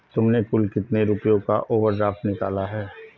तुमने कुल कितने रुपयों का ओवर ड्राफ्ट निकाला है?